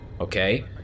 okay